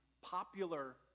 popular